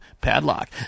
Padlock